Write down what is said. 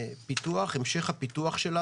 גם בהמשך הפיתוח שלה.